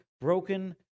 broken